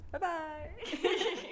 Bye-bye